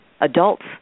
adults